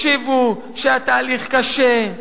השיבו שהתהליך קשה,